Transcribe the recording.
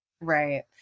Right